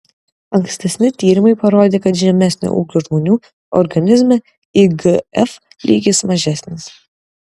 ankstesni tyrimai parodė kad žemesnio ūgio žmonių organizme igf lygis mažesnis